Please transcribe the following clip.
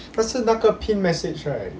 但是那个 pin message right